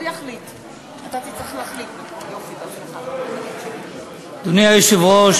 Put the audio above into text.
אדוני היושב-ראש,